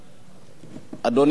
אדוני השר בגין,